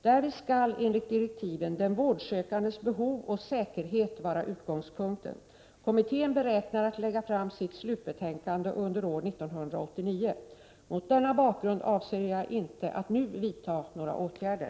Därvid skall, enligt direktiven, den vårdsökandes behov och säkerhet vara utgångspunkten. Kommittén beräknar att lägga fram sitt slutbetänkande under år 1989. Mot denna bakgrund avser jag inte att nu vidta några åtgärder.